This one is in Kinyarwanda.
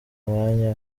mwanya